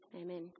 amen